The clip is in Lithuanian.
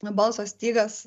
balso stygas